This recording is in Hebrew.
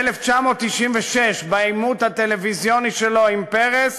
ב-1996, בעימות הטלוויזיוני שלו עם פרס,